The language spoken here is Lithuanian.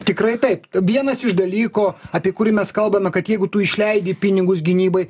tikrai taip vienas iš dalyko apie kurį mes kalbame kad jeigu tu išleidi pinigus gynybai